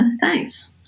thanks